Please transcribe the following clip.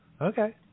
Okay